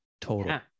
total